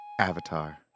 Avatar